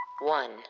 One